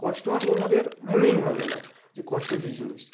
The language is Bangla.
কষ্ট হওয়াটা তোমাদের মনেই হবে না যে কষ্ট কী জিনিস